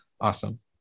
Awesome